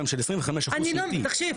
של 25%. תקשיב,